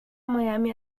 miami